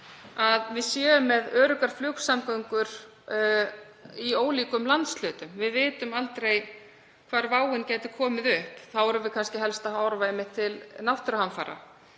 við séum með öruggar flugsamgöngur í ólíkum landshlutum. Við vitum aldrei hvar váin gæti komið upp. Þá erum við kannski helst að horfa einmitt til náttúruhamfara.